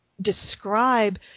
describe